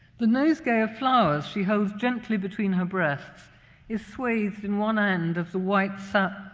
the nosegay of flowers she holds gently between her breasts is swathed in one end of the white sa.